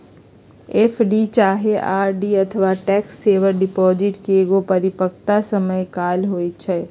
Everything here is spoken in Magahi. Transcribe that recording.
एफ.डी चाहे आर.डी अथवा टैक्स सेवर डिपॉजिट के एगो परिपक्वता समय काल होइ छइ